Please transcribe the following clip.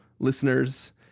Listeners